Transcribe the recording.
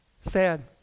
Sad